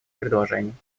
предложений